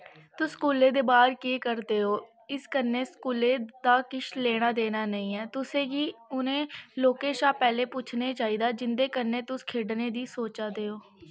तुस स्कूलै दे बाह्र केह् करदे ओ इस कन्नै स्कूलै दा किश लेना देना नेईं ऐ तुसें गी उ'नें लोकें शा पैह्लें पुच्छने चाहिदा जिं'दे कन्नै तुस खेढने दी सोचा दे ओ